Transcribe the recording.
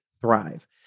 thrive